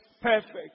perfect